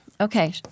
Okay